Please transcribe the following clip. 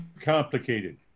complicated